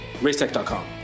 racetech.com